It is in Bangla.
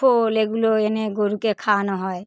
খোল এগুলো এনে গরুকে খাওয়ানো হয়